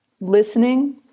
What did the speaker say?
listening